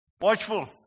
Watchful